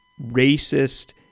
racist